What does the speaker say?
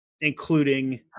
including